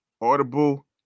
Audible